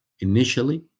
initially